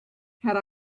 had